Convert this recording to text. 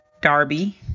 Darby